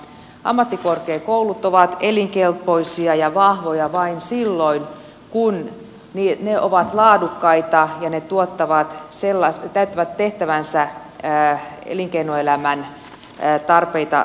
ammattikorkeakoulut ovat elinkelpoisia ja vahvoja vain silloin kun ne ovat laadukkaita ja täyttävät tehtävänsä elinkeinoelämän tarpeita vastaavasti